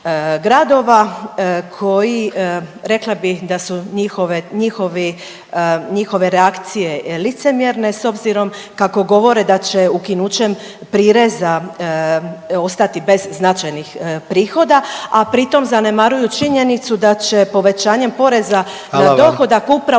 njihove, njihovi, njihove reakcije licemjerne s obzirom kako govore da će ukinućem prireza ostati bez značajnih prihoda, a pritom zanemaruju činjenicu da će povećanjem poreza …/Upadica: Hvala